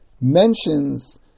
mentions